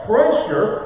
Pressure